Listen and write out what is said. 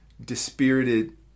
dispirited